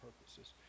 purposes